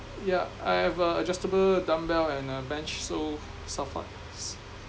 yeah I have a adjustable dumbbell and a bench so suffice